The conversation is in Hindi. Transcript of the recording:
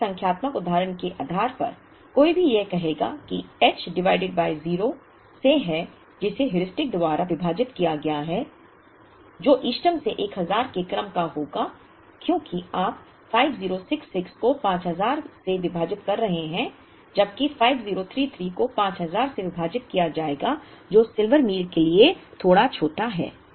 अब इस संख्यात्मक उदाहरण के आधार पर कोई भी यह कहेगा कि h डिवाइडेड बाय O से है जिसे हेयुरिस्टिक द्वारा विभाजित किया गया है जो इष्टतम से 1000 के क्रम का होगा क्योंकि आप 5066 को 5000 से विभाजित कर रहे हैं जबकि 5033 को 5000 से विभाजित किया जाएगा जो सिल्वर मील के लिए थोड़ा छोटा है